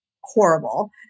horrible